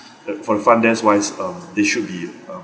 uh for the front desk wise um they should be um